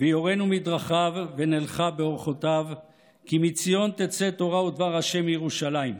ויֹרנו מדרכיו ונלכה באֹרְחֹתיו כי מציון תצא תורה ודבר השם מירושלם.